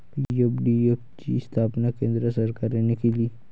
PFDF ची स्थापना केंद्र सरकारने केली